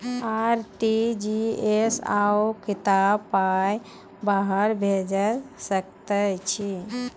RTGS सअ कतबा पाय बाहर भेज सकैत छी?